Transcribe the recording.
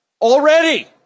already